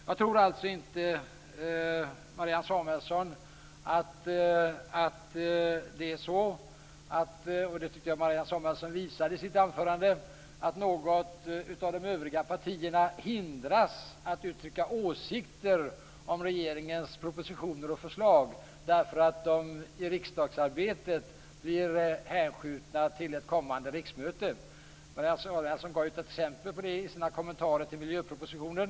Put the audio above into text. Jag tror att alltså inte, Marianne Samuelsson, att något av de övriga partierna hindras - och det tyckte jag att Marianne Samuelsson visade i sitt anförande - att uttrycka åsikter om regeringens propositioner och förslag därför att de i riksdagsarbetet blir hänskjutna till ett kommande riksmöte. Marianne Samuelsson gav ju ett exempel på det i sina kommentarer till miljöpropositionen.